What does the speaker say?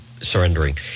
Surrendering